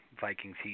Vikings